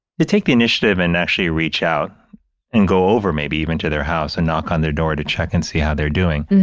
to take the initiative and actually reach out and go over maybe even to their house and knock on their door to check and see how they're doing.